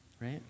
right